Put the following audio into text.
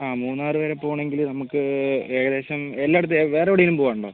ആ മൂന്നാർ വരെ പോവണമെങ്കിൽ നമുക്ക് ഏകദേശം എല്ലായിടത്തും വേറെ എവിടെയെങ്കിലും പോവാനുണ്ടോ